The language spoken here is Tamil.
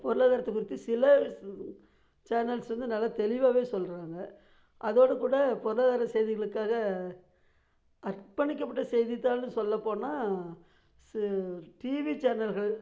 பொருளாதாரத்தை பற்றி சில சேனல்ஸ் வந்து நல்லா தெளிவாவே சொல்கிறாங்க அதோடுகூட பொருளாதார செய்திகளுக்காக அர்ப்பணிக்கப்பட்ட செய்தித்தாள் சொல்லப்போனால் டிவி சேனல்கள்